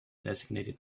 designated